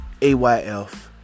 AYF